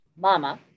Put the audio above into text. Mama